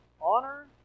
honor